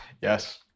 Yes